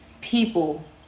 people